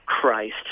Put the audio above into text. Christ